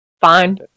fine